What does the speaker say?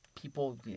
people